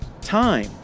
Time